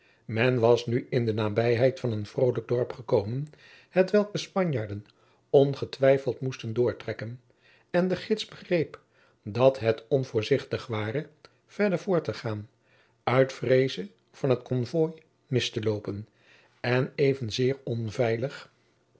men was nu in de nabijheid van een volkrijk dorp gekomen hetwelk de spanjaarden ongetwijfeld moesten doortrekken en de gids begreep dat het onvoorzichtig ware verder voort te gaan uit vreeze van het konvooi mis te loopen en evenzeer onveilig